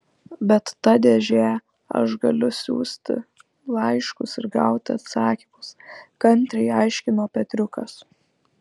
bet ta dėže aš galiu siųsti laiškus ir gauti atsakymus kantriai aiškino petriukas